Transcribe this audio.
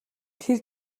тэр